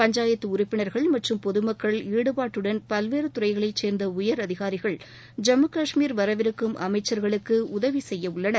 பஞ்சாயத்து உறுப்பினர்கள் மற்றும் பொதுமக்கள் ஈடுபாட்டுடன் பல்வேறு துறைகளைச் சேர்ந்த உயர் அதிகாரிகள் ஜம்மு காஷ்மீர் வரவிருக்கும் அமைச்சர்களுக்கு உதவி செய்ய உள்ளனர்